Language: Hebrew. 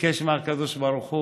ביקש מהקדוש ברוך הוא,